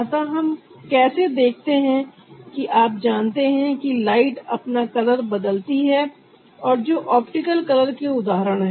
अतः हम कैसे देखते हैं कि आप जानते हैं कि लाइट अपना कलर बदलती है और जो ऑप्टिकल कलर के उदाहरण है